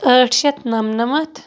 ٲٹھ شَتھ نَمنَمَتھ